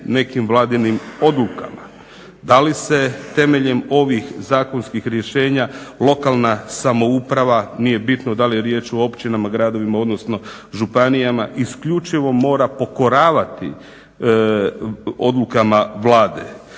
nekim Vladinim odlukama. Da li se temeljem ovih zakonskih rješenja lokalna samouprava, nije bitno da li je riječ o općinama, gradovima, odnosno županijama isključivo mora pokoravati odlukama Vlade.